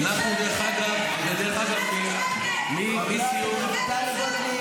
שב בשקט.